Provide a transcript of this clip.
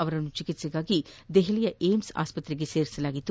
ಅವರನ್ನು ಚಿಕಿತ್ಸೆಗಾಗಿ ದೆಹಲಿಯ ಏಮ್ನ್ ಆಸ್ಪತ್ರೆಗೆ ದಾಖಲಿಸಲಾಗಿತ್ತು